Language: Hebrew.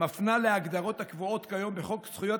מפנה להגדרות הקבועות כיום בחוק זכויות